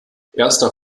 erster